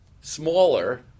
smaller